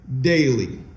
daily